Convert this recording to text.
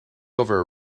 over